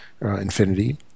Infinity